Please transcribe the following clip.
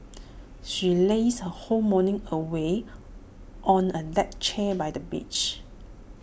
she lazed her whole morning away on A deck chair by the beach